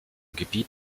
gebiet